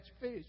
fish